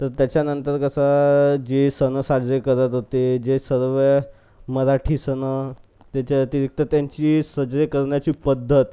तर त्याच्यानंतर कसं जे सण साजरे करत होते जे सर्व मराठी सण त्याच्या व्यतिरिक्त त्यांची साजरे करण्याची पद्धत